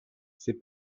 c’est